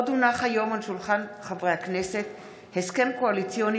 עוד הונח היום על שולחן הכנסת הסכם קואליציוני